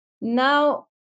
now